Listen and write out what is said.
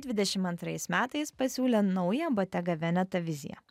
dvidešim antrais metais pasiūlė naują botega veneta viziją